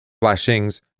flashings